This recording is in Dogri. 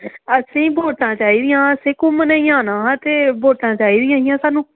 असेंगी बोटां चाही दियां हियां असें घुम्मनै ई आना ऐ ते बोटां चाही दियां हियां स्हानू